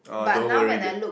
oh don't worry dear